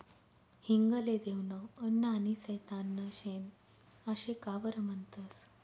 हिंग ले देवनं अन्न आनी सैताननं शेन आशे का बरं म्हनतंस?